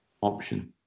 option